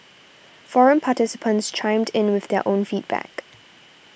forum participants chimed in with their own feedback